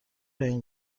این